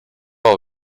all